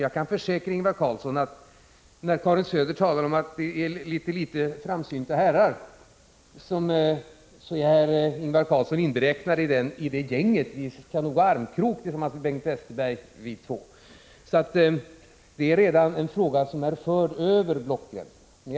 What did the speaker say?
Jag kan försäkra Ingvar Carlsson att när Karin Söder talar om något för litet framsynta herrar, är herr Carlsson inräknad i det gänget. Vi kan nog gå armkrok tillsammans med Bengt Westerberg vi två. Frågan är alltså redan förd över blockgränsen.